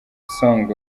song